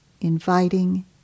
inviting